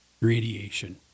radiation